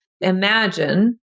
Imagine